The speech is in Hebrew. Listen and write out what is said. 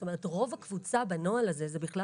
זאת אומרת: רוב הקבוצה בנוהל הזה הם בכלל